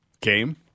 Game